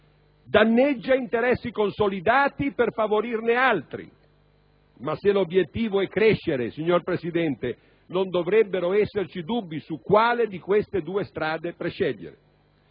danneggia interessi consolidati per favorirne altri; se, però, l'obiettivo è crescere, signor Presidente, non dovrebbero esserci dubbi su quale di queste due strade prescegliere.